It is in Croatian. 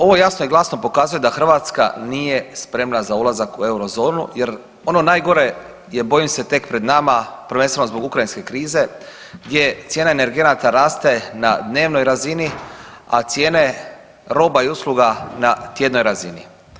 Ovo jasno i glasno pokazuje da Hrvatska nije spremna za ulazak u eurozonu jer ono najgore je bojim se tek pred nama, prvenstveno zbog ukrajinske krize gdje cijena energenata raste na dnevnoj razini, a cijene roba i usluga na tjednoj razini.